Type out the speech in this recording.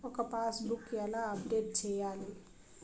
నా passbook ఎలా update చేయాలి?